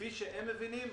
כפי שהם מבינים,